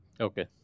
Okay